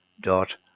Dot